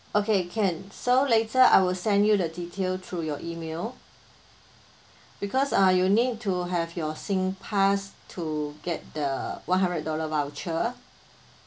okay can so later I will send you the detail through your email because uh you need to have your SingPass to get the one hundred dollar voucher